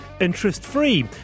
interest-free